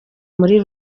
muri